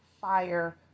fire